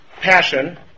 passion